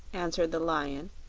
answered the lion,